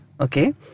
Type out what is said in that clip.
Okay